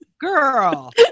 girl